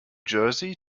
jersey